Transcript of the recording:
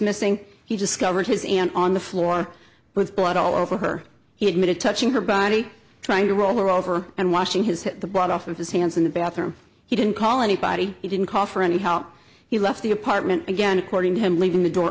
missing he discovered his aunt on the floor with blood all over her he admitted touching her body trying to roll over and washing his head the bought off with his hands in the bathroom he didn't call anybody he didn't call for any help he left the apartment again according to him leaving the door